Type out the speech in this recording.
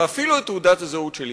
ואפילו את תעודת הזהות שלי,